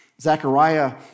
Zechariah